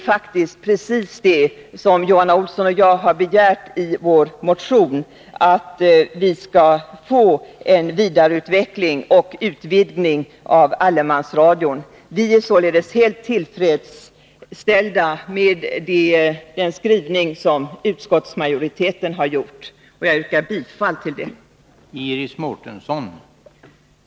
Vad Johan A. Olsson och jag begärt i vår motion är just en vidareutveckling och utvidgning av Vi är således helt tillfredsställda med den skrivning som utskottsmajoriteten har gjort, och jag yrkar bifall till utskottets hemställan.